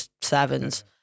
sevens